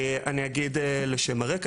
אני אגיד לשם הרקע,